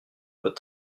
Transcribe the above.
votre